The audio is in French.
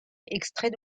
extrait